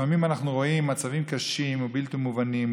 לפעמים אנחנו רואים מצבים קשים ובלתי מובנים,